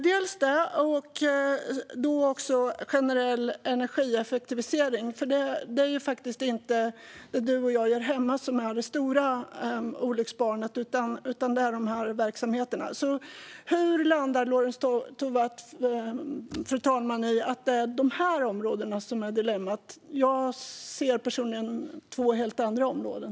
Sedan har vi generell energieffektivisering. Men det är inte det som du och jag gör hemma som är det stora olycksbarnet, Lorentz Tovatt, utan det är de verksamheter jag nämnde. Hur landar Lorentz Tovatt i att det är dessa områden som är dilemmat? Jag personligen ser två helt andra områden.